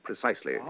Precisely